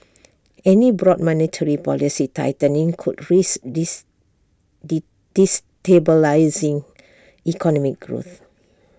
any broad monetary policy tightening could risk destabilising economic growth